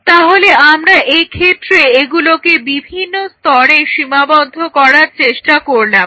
তাহলে আমরা এক্ষেত্রে এগুলোকে বিভিন্ন স্তরে সীমাবদ্ধ করার চেষ্টা করলাম